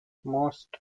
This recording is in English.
most